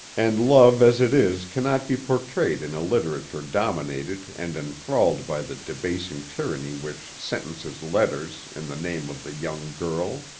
and love as it is cannot be portrayed in a literature dominated and enthralled by the debasing tyranny which sentences letters in the name of the young girl.